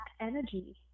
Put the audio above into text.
energy